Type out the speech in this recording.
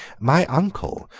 my uncle,